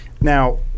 Now